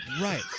Right